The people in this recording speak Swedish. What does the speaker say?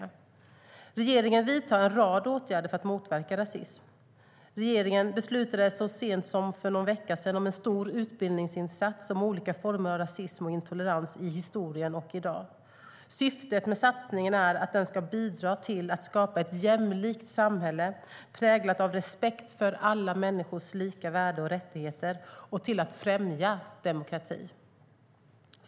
Regeringen vidtar en rad åtgärder för att motverka rasism. Regeringen beslutade så sent som för någon vecka sedan om en stor utbildningsinsats om olika former av rasism och intolerans i historien och i dag. Syftet med satsningen är den ska bidra till att skapa ett jämlikt samhälle präglat av respekt för alla människors lika värde och rättigheter och till att främja demokratin.